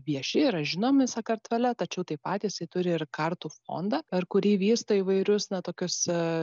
vieši yra žinomi sakartvele tačiau taip pat jisai turi ir kartų fondą per kurį vysto įvairius na tokiose